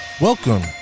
Welcome